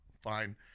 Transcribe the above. Fine